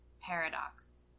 paradox